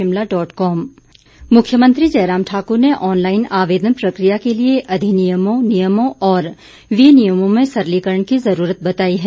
मुख्यमंत्री मुख्यमंत्री जयराम ठाकुर ने ऑनलाईन आवेदन प्रकिया के लिए अधिनियमों नियमों और विनियमों में सरलीकरण की जरूरत बताई है